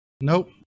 nope